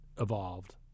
evolved